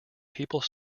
people